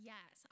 Yes